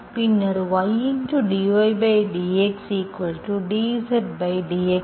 பின்னர் y dydxdZdx